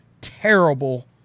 terrible